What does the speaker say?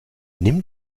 nimm